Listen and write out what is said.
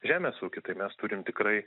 žemės ūkį tai mes turim tikrai